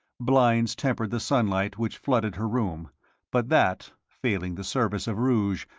blinds tempered the sunlight which flooded her room but that, failing the service of rouge,